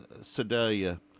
sedalia